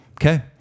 Okay